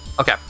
okay